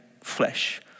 flesh